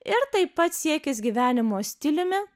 ir taip pat siekis gyvenimo stiliumi